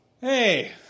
Hey